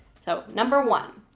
so number one,